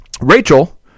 Rachel